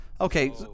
Okay